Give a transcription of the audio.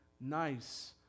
nice